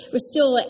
Restore